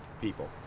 people